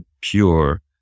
pure